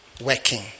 working